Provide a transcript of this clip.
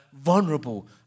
vulnerable